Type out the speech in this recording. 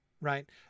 right